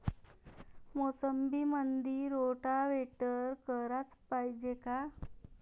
मोसंबीमंदी रोटावेटर कराच पायजे का?